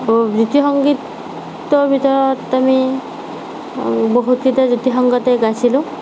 জ্যোতি সংগীতৰ ভিতৰত আমি বহুতকেইটা জ্যোতি সংগীতে গাইছিলোঁ